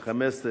הצריף.